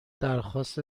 درخواست